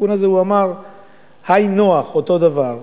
בתיקון הזה הוא אמר היינו הך, אותו דבר.